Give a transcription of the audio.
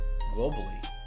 globally